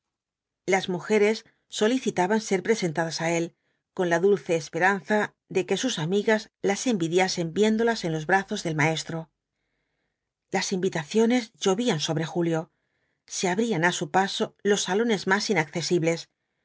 las mujeres solicitaban ser presentadas á él con la dulce esperanza de que sus amigas las envidiasen viéndolas en los brazos del maestro las invitaciones llovían sobre julio se abrían á su paso los salones más inaccesibles